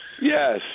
Yes